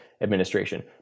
administration